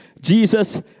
Jesus